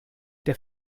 der